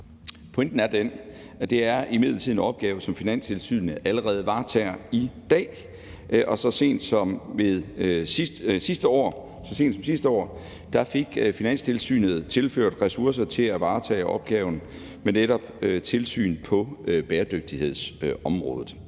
Pointen er, at det imidlertid er en opgave, som Finanstilsynet allerede varetager i dag. Så sent som sidste år fik Finanstilsynet tilført ressourcer til at varetage opgaven med netop tilsyn på bæredygtighedsområdet.